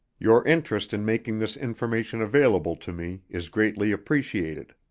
your interest in making this information available to me is greatly appreciated.